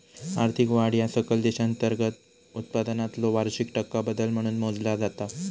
आर्थिक वाढ ह्या सकल देशांतर्गत उत्पादनातलो वार्षिक टक्का बदल म्हणून मोजला जाता